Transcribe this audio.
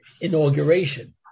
inauguration